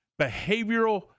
behavioral